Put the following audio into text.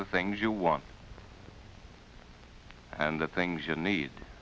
the things you want and the things you need